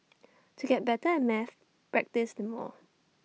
to get better at maths practised more